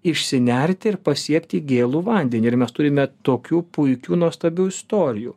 išsinerti ir pasiekti gėlų vandenį ir mes turime tokių puikių nuostabių istorijų